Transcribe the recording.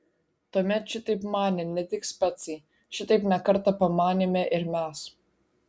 tuomet šitaip manė ne tik specai šitaip ne kartą pamanėme ir mes